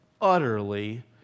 utterly